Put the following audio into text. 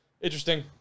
Interesting